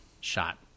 shot